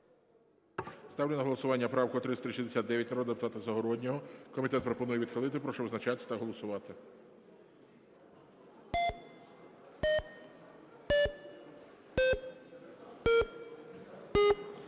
Ставлю на голосування правку 3369 народного депутата Загороднього. Комітет пропонує відхилити. Прошу визначатися та голосувати.